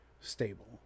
stable